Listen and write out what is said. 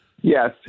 Yes